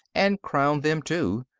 and crown them, too.